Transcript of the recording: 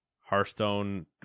Hearthstone